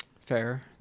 Fair